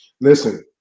Listen